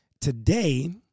Today